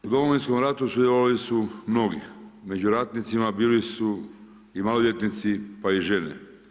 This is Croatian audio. U Domovinskom ratu sudjelovali su mnogi, među ratnicima bili su i maloljetnici pa i žene.